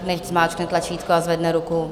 Nechť zmáčkne tlačítko a zvedne ruku.